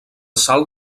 salt